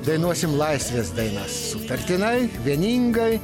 dainuosim laisvės dainas sutartinai vieningai